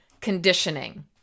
conditioning